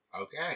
Okay